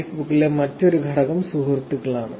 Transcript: ഫേസ്ബുക്കിലെ മറ്റൊരു ഘടകം സുഹൃത്തുക്കളാണ്